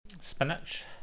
spinach